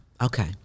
Okay